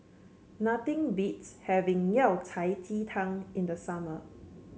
nothing beats having Yao Cai Ji Tang in the summer